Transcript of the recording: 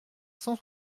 cent